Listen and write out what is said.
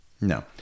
No